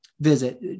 visit